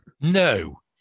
no